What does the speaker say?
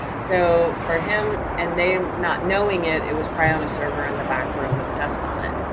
so for him, and them, not knowing it, it was probably on a server in the back room with dust on it.